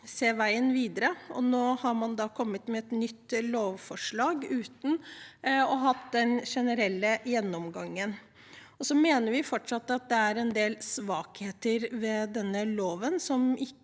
på veien videre, men nå har man da kommet med et nytt lovforslag uten å ha hatt den generelle gjennomgangen. Vi mener fortsatt at det er en del svakheter ved denne loven som ikke